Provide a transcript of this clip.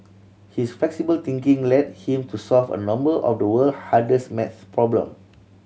his flexible thinking led him to solve a number of the world hardest maths problem